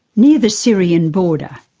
near the syrian border,